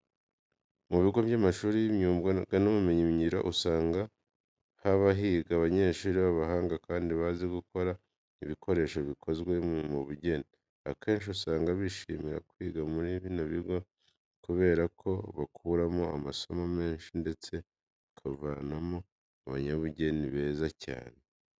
Mu bigo by'amashuri y'imyuga n'ubumenyingiro akenshi usanga haba higa abanyeshuri b'abahanga kandi bazi gukora ibikoresho bikozwe mu bugeni. Akenshi usanga bishimira kwiga muri bino bigo kubera ko bakuramo amasomo menshi ndetse bakavamo abanyabugeni beza cyane.